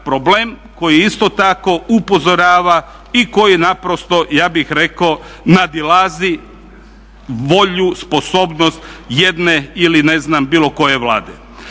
koji isto tako upozorava i koji naprosto ja bih rekao nadilazi volju, sposobnost jedne ili ne znam bilo koje Vlade.